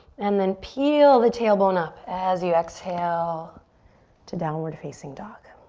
and then peel the tailbone up as you exhale to downward facing dog.